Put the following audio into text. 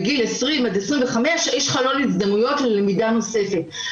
בגיל 20 עד 25 יש חלון הזדמנויות ללמידה נוספת,